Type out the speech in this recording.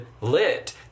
lit